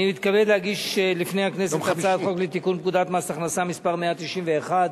אני מתכבד להגיש לפני הכנסת הצעת חוק לתיקון פקודת מס הכנסה (מס' 191),